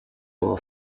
more